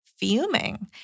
Fuming